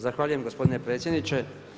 Zahvaljujem gospodine predsjedniče.